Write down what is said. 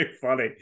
funny